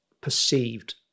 perceived